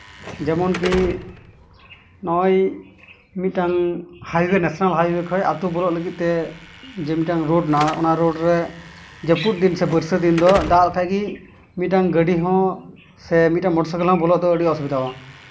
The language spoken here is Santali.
ᱡᱮᱢᱚᱱ ᱠᱤ ᱱᱚᱜᱼᱚᱭ ᱢᱤᱫᱴᱟᱝ ᱦᱟᱭᱚᱭᱮ ᱱᱮᱥᱮᱞ ᱦᱟᱭᱚᱭᱮ ᱠᱷᱚᱱ ᱢᱤᱫᱴᱟᱱ ᱟᱛᱳ ᱵᱚᱞᱚᱜ ᱞᱟᱹᱜᱤᱫ ᱛᱮ ᱡᱮ ᱢᱤᱫᱴᱟᱱ ᱨᱳᱰ ᱢᱮᱱᱟᱜᱼᱟ ᱚᱱᱟ ᱨᱳᱰ ᱨᱮ ᱡᱟᱹᱯᱩᱫ ᱫᱤᱱ ᱥᱮ ᱵᱟᱹᱨᱥᱟᱹ ᱫᱤᱱ ᱫᱚ ᱫᱟᱜ ᱞᱮᱠᱷᱟᱱ ᱜᱮ ᱢᱤᱫᱴᱟᱝ ᱜᱟᱹᱰᱤ ᱦᱚᱸ ᱥᱮ ᱢᱤᱫᱴᱟᱝ ᱢᱚᱴᱚᱨ ᱥᱟᱭᱠᱮᱞ ᱦᱚᱸ ᱵᱚᱞᱚᱜ ᱫᱚ ᱟᱹᱰᱤ ᱚᱥᱩᱵᱤᱫᱟᱣᱟ